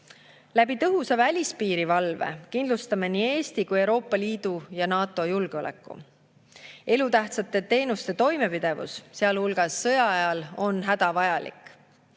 tõhusa valve abil kindlustame nii Eesti kui ka Euroopa Liidu ja NATO julgeoleku. Elutähtsate teenuste toimepidevus, sealhulgas sõja ajal, on hädavajalik.